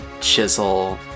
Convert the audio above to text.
chisel